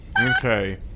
Okay